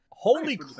holy